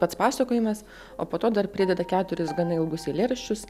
pats pasakojimas o po to dar prideda keturis gana ilgus eilėraščius